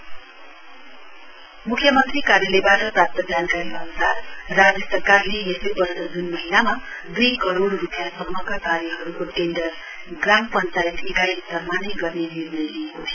CMO office म्ख्य मन्त्री कार्यालयबाट प्राप्त जानकारी अन्सार राज्य सरकारले यसै वर्ष जून महीनामा द्र्ई करोड़ रूपियाँ सम्मका कार्यहरूको टेन्डर ग्राम पञ्चायत इकाइ स्तरमा नै गर्ने निर्णय लिएको थियो